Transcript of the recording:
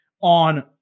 on